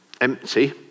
empty